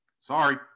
Sorry